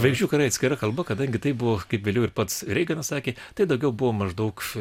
žvaigždžių karai atskira kalba kadangi tai buvo kaip vėliau ir pats reiganas sakė tai daugiau buvo maždaug